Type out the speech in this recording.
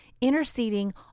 interceding